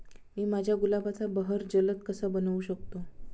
मी माझ्या गुलाबाचा बहर जलद कसा बनवू शकतो?